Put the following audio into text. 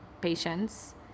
patients